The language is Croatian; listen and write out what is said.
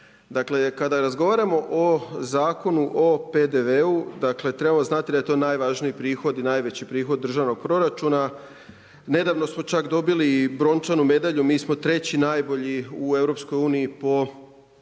Dakle kada razgovaramo o Zakon o PDV-u, dakle trebamo znati da je to najvažniji prihod i najveći prihod državnog proračuna. Nedavno smo čak dobili i brončanu medalju, mi smo treći najbolji u EU-u po